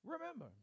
remember